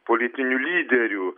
politinių lyderių